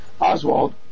Oswald